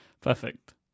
perfect